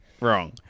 wrong